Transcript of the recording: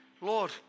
Lord